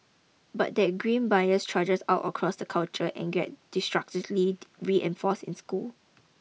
but that grim bias trudges out across the culture and gets disastrously reinforced in schools